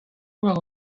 war